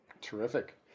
Terrific